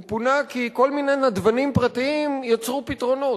הוא פונה כי כל מיני נדבנים פרטיים יצרו פתרונות,